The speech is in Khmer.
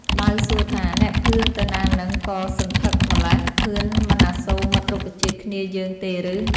ផ្ដៅសួរថា នែភឿនទៅណាហ្នឹងក៏សន្ធឹកម្ល៉េះ ភឿនមិនអាសូរមិត្តរុក្ខជាតិគ្នាយើងទេឬ ?។